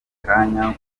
kanya